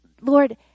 Lord